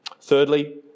Thirdly